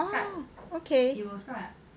oh okay